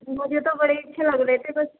مجھے تو بڑے اچھے لگ رہے تھے بس